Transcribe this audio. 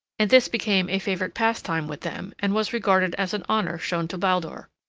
and this became a favorite pastime with them and was regarded as an honor shown to baldur.